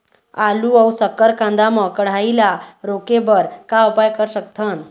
आलू अऊ शक्कर कांदा मा कढ़ाई ला रोके बर का उपाय कर सकथन?